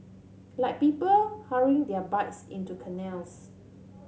like people hurrying their bikes into canals